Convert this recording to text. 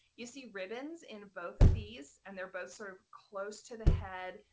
you see ribbons in both of these and they're both sort of close to the head.